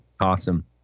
Awesome